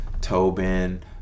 Tobin